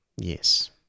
Yes